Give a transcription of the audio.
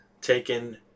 taken